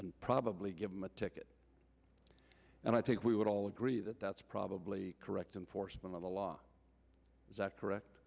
and probably give them a ticket and i think we would all agree that that's probably correct enforcement of the law is that correct